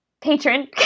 patron